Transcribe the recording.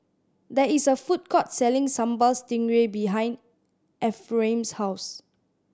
there is a food court selling Sambal Stingray behind Ephraim's house